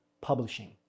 publishing